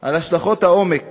על השלכות העומק